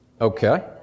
Okay